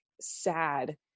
sad